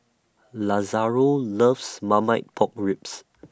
Lazaro loves Marmite Pork Ribs